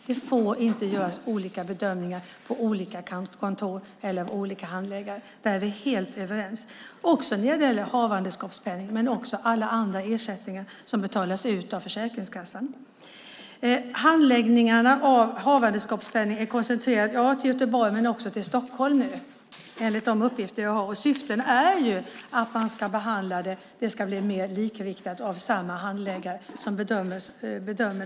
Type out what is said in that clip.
Det får inte göras olika bedömningar på olika kontor eller av olika handläggare; där är vi helt överens. Det gäller havandeskapspenning och även alla andra ersättningar som betalas ut av Försäkringskassan. Handläggningarna av havandeskapspenning är koncentrerade till Göteborg, men nu också till Stockholm enligt de uppgifter jag har. Syftet är att behandlingen ska bli mer likriktad oavsett vilken handläggare som bedömer det hela.